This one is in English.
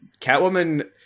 Catwoman